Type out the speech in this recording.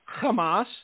Hamas